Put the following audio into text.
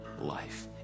life